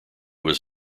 was